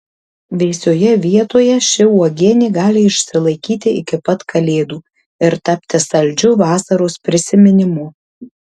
vėsioje vietoje ši uogienė gali išsilaikyti iki pat kalėdų ir tapti saldžiu vasaros prisiminimu